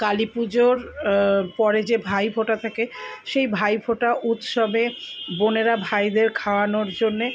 কালী পুজোর পরে যে ভাই ফোঁটা থাকে সেই ভাই ফোঁটা উৎসবে বোনেরা ভাইদের খাওয়ানোর জন্যে